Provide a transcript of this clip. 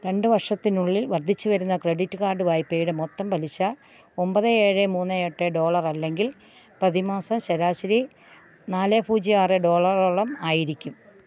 രണ്ട് വർഷത്തിനുള്ളിൽ വർദ്ധിച്ചുവരുന്ന ക്രെഡിറ്റ് കാർഡ് വായ്പയുടെ മൊത്തം പലിശ ഒമ്പത് ഏഴ് മൂന്ന് എട്ട് ഡോളർ അല്ലങ്കിൽ പ്രതിമാസം ശരാശരി നാല് പൂജ്യം ആറ് ഡോളറോളം ആയിരിക്കും